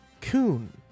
Coon